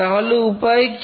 তাহলে উপায় কি